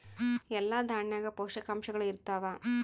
ಎಲ್ಲಾ ದಾಣ್ಯಾಗ ಪೋಷಕಾಂಶಗಳು ಇರತ್ತಾವ?